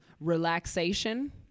relaxation